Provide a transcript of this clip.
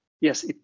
Yes